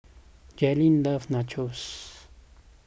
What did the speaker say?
Jalyn loves Nachos